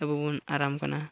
ᱟᱵᱚᱵᱚᱱ ᱟᱨᱟᱢ ᱠᱟᱱᱟ